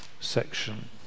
section